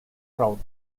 trout